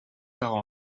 par